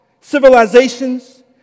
civilizations